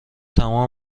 تمام